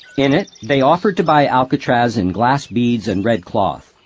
in it they offered to buy alcatraz in glass beads and red cloth,